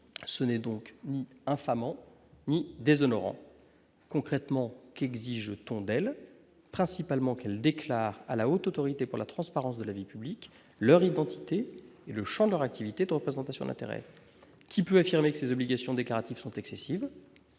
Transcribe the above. ce n'est donc ni infamant déshonorant concrètement qu'exige-t-on principalement qu'elle déclare à la Haute autorité pour la transparence de la vie publique leur identité et le Champ activité de représentation, l'intérêt qui peut affirmer que ces obligations déclaratives sont excessives,